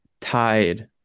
tied